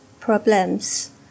problems